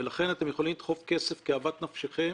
ולכן אתם יכולים לדחוף כסף כאוות נפשכם